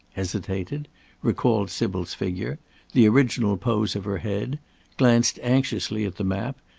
hesitated recalled sybil's figure the original pose of her head glanced anxiously at the map,